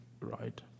right